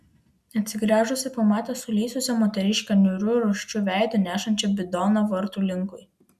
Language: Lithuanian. atsigręžusi pamatė sulysusią moteriškę niūriu rūsčiu veidu nešančią bidoną vartų linkui